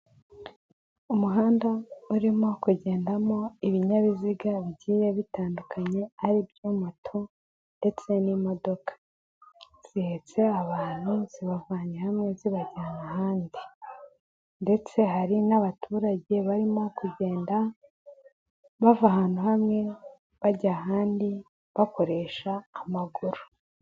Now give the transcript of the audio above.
Umuhanda urimo kugendamo ibinyabiziga bigiye bitandukanye, ari byo moto ndetse n'imodoka. Zihetse abantu, zibavanye hamwe zibajyana ahandi ndetse hari n'abaturage barimo kugenda, bava ahantu hamwe, bajya ahandi, bakoresha amaguru.